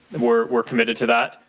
we're we're committed to that.